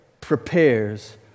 prepares